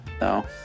No